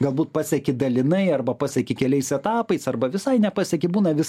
galbūt paseki dalinai arba paseki keliais etapais arba visai nepaseki būna vis